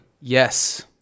Yes